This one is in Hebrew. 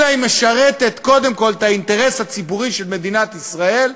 אלא היא משרתת קודם כול את האינטרס הציבורי של מדינת ישראל,